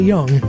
Young